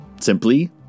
Simply